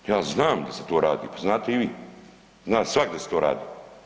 Ja znam da se to radi, pa znate i vi, zna svatko da se to radi.